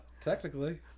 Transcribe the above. technically